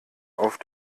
auf